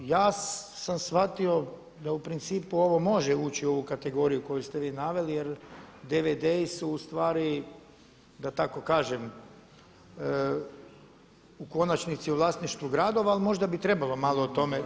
Pa ja sam shvatio da u principu ovo može ući u ovu kategoriju koju ste vi naveli jer DVD-i su da tako kažem u konačnici u vlasništvu gradova, ali možda bi trebalo malo o tome.